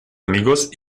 amigos